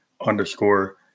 underscore